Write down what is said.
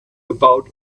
about